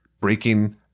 breaking